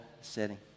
setting